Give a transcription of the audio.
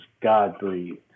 God-breathed